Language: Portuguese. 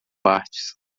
partes